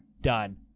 Done